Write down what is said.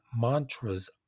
mantras